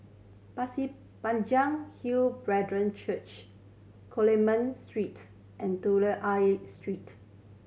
Pasir Panjang Hill Brethren Church Coleman Street and Telok Ayer Street